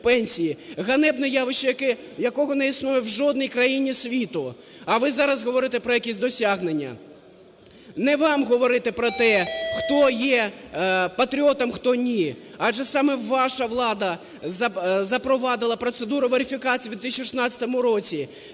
ганебне явище, якого не і снує в жодній країні світу. А ви зараз говорите про якісь досягнення. Не вам говорити про те, хто є патріотом, хто – ні, адже саме ваша влада запровадила процедуру верифікації в 2016 році,